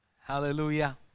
Hallelujah